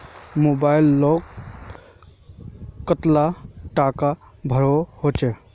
Mobile लोत कतला टाका भरवा होचे?